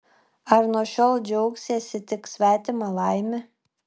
ar nuo šiol džiaugsiesi tik svetima laime